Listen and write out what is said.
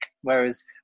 whereas